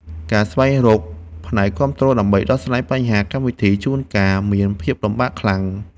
ការស្វែងរកផ្នែកគាំទ្រដើម្បីដោះស្រាយបញ្ហាកម្មវិធី ជួនកាលមានភាពលំបាកខ្លាំង។